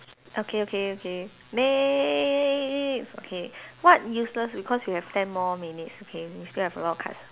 okay okay okay next okay what useless because we have ten more minutes okay we still have a lot of cards